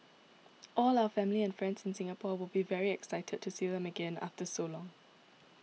all our family and friends in Singapore will be very excited to see them again after so long